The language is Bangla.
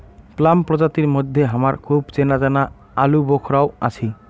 প্লাম প্রজাতির মইধ্যে হামার খুব চেনাজানা আলুবোখরাও আছি